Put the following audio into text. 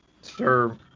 Sir